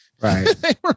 Right